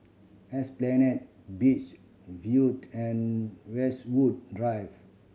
Esplanade Beach Viewed and Westwood Drive